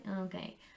okay